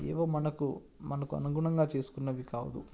ఏదో మనకు మనకు అనుగుణంగా చేసుకున్నవి కాదు